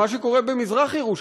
למה שקורה במזרח-ירושלים,